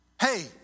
hey